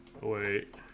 Wait